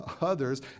others